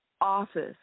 office